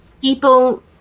People